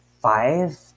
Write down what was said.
five